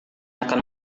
akan